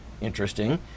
Interesting